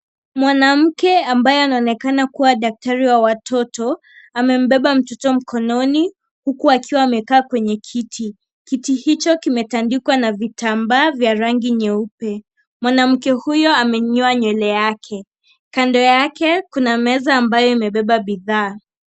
Mwanamke ambaye anaonekana kuwa daktari wa watoto amembeba mtoto mkononi huku akiwa amekaa kwenye kiti. Kiti hicho kimetandikwa na vitambaa vya rangi nyeupe. Mwanamke huyo amenyoa nywele yake. Kando yake kuna meza ambayo imebeba bidhaa.